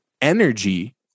energy